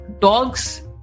dogs